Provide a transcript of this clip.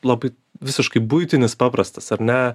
labai visiškai buitinis paprastas ar ne